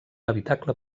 habitacle